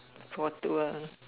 for tour